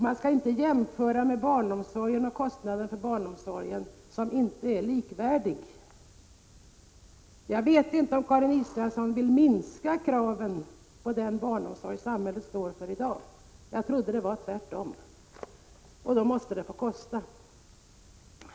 Man skall inte jämföra vår barnomsorg, och våra kostnader för den, med en barnomsorg som inte är likvärdig. Jag vet inte om Karin Israelsson vill minska kraven på den barnomsorg samhället står för i dag. Jag trodde tvärtom. Då måste det få kosta.